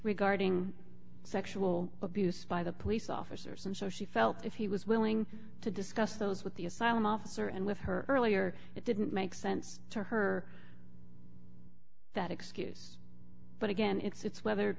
regarding sexual abuse by the police officers and so she felt if he was willing to discuss those with the asylum officer and with her earlier it didn't make sense to her that excuse but again it's whether